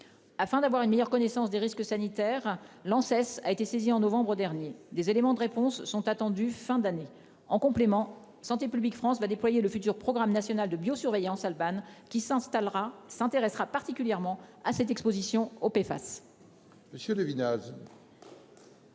Afin d'avoir une meilleure connaissance des risques sanitaires enseigne a été saisi en novembre dernier, des éléments de réponse sont attendus fin d'année. En complément, Santé publique France va déployer le futur programme national de bio-surveillance Alban qui s'installera s'intéressera particulièrement à cette Exposition hop